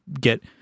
get